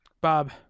Bob